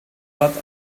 but